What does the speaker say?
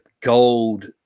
gold